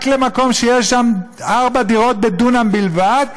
רק למקום שיש ארבע דירות בדונם בלבד,